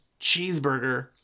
cheeseburger